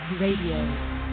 Radio